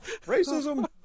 racism